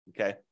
Okay